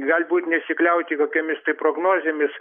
galbūt nesikliauti kokiomis tai prognozėmis